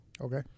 okay